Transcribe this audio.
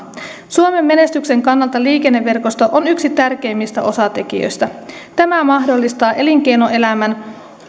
suomen menestyksen kannalta liikenneverkosto on yksi tärkeimmistä osatekijöistä tämä mahdollistaa elinkeinoelämän